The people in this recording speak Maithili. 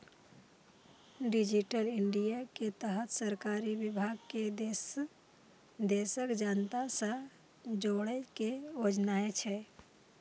डिजिटल इंडिया के तहत सरकारी विभाग कें देशक जनता सं जोड़ै के योजना छै